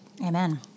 Amen